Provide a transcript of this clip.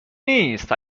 نیست